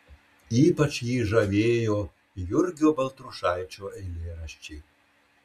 ypač jį žavėjo jurgio baltrušaičio eilėraščiai